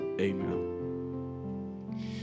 amen